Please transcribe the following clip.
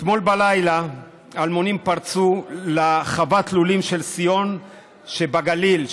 אתמול בלילה אלמונים פרצו לחוות הלולים של שיאון שבגליל,